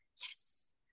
yes